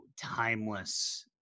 timeless